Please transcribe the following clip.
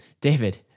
David